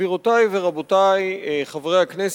גבירותי ורבותי חברי הכנסת,